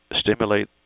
stimulate